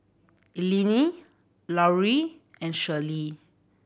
Eleni Larue and Shirlee